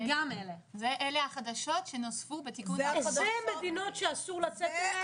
אלה החדשות שנוספו בתיקון --- זה מדינות שאסור לצאת אליהן?